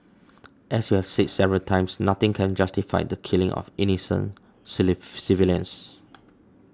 as we have said several times nothing can justify the killing of innocent civilians